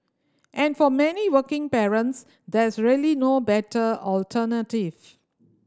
and for many working parents there's really no better alternative